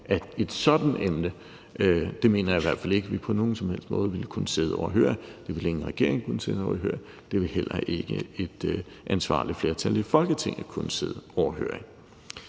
af et sådant emne. Det mener jeg i hvert fald ikke vi på nogen som helst måde ville kunne sidde overhørig, det ville ingen regering kunne sidde overhørig, og det ville heller ikke et ansvarligt flertal i Folketinget kunne sidde overhørig.